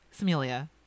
Samelia